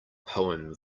poem